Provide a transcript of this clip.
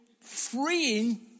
freeing